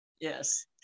yes